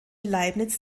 leibniz